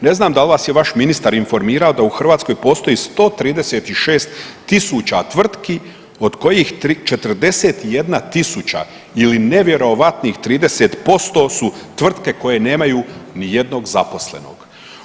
Ne znam da li vas je vaš ministar informirao da u Hrvatskoj postoji 136.000 tvrtki od kojih 41.000 ili nevjerojatnih 30% su tvrtke koje nemaju ni jednog zaposlenog.